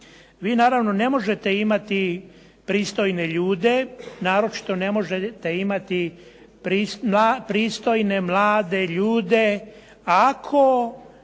Vi naravno ne možete imati pristojne ljude, naročito ne možete imati pristojne mlade ljude ako